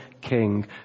king